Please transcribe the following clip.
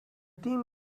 team